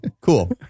Cool